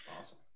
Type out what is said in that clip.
awesome